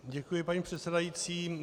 Děkuji, paní předsedající.